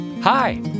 Hi